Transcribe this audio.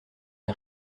une